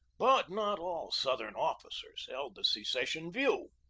but not all southern officers held the secession view.